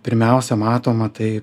pirmiausia matoma tai